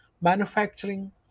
manufacturing